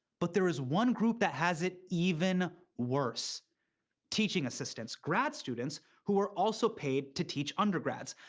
but there's one group that has it even worse teaching assistants grad students who are also paid to teach undergrads.